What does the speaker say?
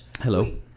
Hello